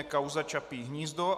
Kauza Čapí hnízdo